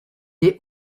est